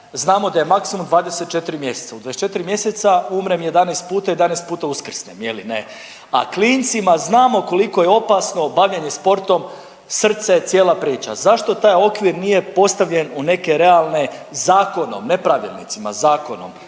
Znamo da je maksimum 24 mjeseca. U 24 mjeseca umrem 11 puta, 11 puta uskrsnem. Je li ne? A klincima znamo koliko je opasno bavljenje sportom srce, cijela priča. Zašto taj okvir nije postavljen u neke realne zakonom, ne pravilnicima, zakonom